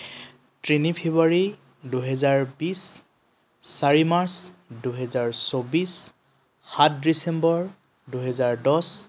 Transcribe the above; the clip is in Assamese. তিনি ফেব্ৰুৱাৰী দুহেজাৰ বিছ চাৰি মাৰ্চ দুহেজাৰ চৌব্বিছ সাত ডিচেম্বৰ দুহেজাৰ দছ